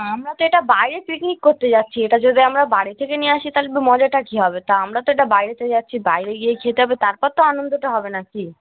আমরা তো এটা বাইরে পিকনিক করতে যাচ্ছি এটা যদি আমরা বাড়ি থেকে নিয়ে আসি তাহলে মজাটা কি হবে তা আমরা তো এটা বাইরেতে যাচ্ছি বাইরে গিয়ে খেতে হবে তারপর তো আনন্দটা হবে না কি